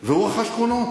והוא רכש קרונות,